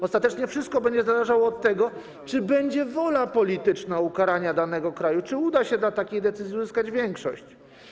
Ostatecznie wszystko będzie zależało od tego, czy będzie wola polityczna ukarania danego kraju, czy uda się dla takiej decyzji uzyskać większość.